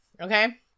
Okay